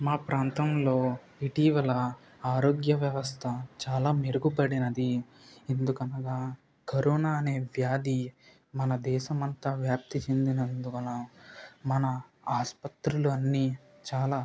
మా ప్రాంతంలో ఇటీవల ఆరోగ్య వ్యవస్థ చాలా మెరుగుపడినది ఎందుకనగా కరోనా అనే వ్యాధి మన దేశమంతా వ్యాప్తి చెందినందువలన మన ఆసుపత్రులు అన్ని చాలా